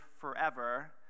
forever